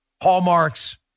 hallmarks